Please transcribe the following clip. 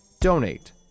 donate